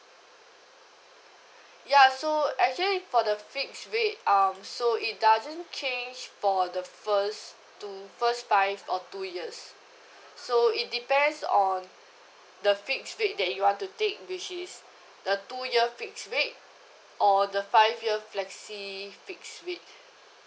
ya so actually for the fixed rate um so it doesn't change for the first two first five or two years so it depends or the fixed rate that you want to take which is the two year fixed rate or the five year flexi fixed rate